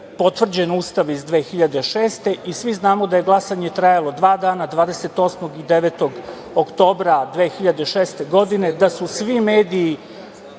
potvrđen Ustav iz 2006. godine i svi znamo da glasanje trajalo dva dana, 28. i 29. oktobra 2006. godine, da su svi mediji